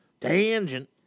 Tangent